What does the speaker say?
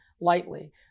lightly